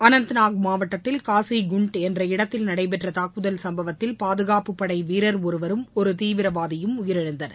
அனந்த்நாக் மாவட்டத்தில் காசிகுண்ட் என்ற இடத்தில் நடைபெற்ற தாக்குதல் சம்பவத்தில் பாதுகாப்பு படை வீரர் ஒருவரும் ஒரு தீவிரவாதியும் உயிரிழந்தனர்